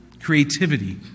creativity